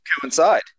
coincide